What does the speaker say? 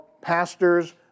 pastors